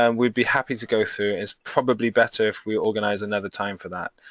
um we'd be happy to go through. it's probably better if we organise another time for that.